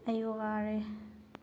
ꯑꯩ ꯋꯥꯔꯦ